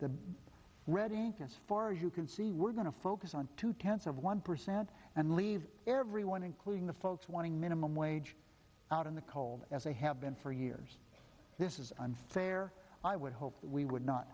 for you can see we're going to focus on two tenths of one percent and leave everyone including the folks wanting minimum wage out in the cold as they have been for years this is unfair i would hope that we would not